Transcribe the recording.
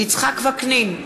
יצחק וקנין,